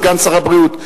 סגן שר הבריאות,